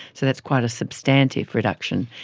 so that's quite a substantive reduction.